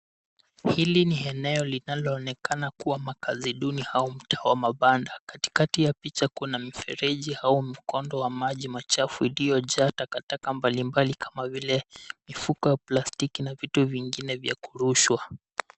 Hili ni eneo linaloonekana kuwa makazi duni au mtaa wa mabanda. Katikati ya picha kuna mifereji au mkondo wa maji machafu uliyojaa takataka mbalimbali kama vile mifuko ya plastiki na vitu vingine vya kurushwa.